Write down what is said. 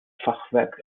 fachwerk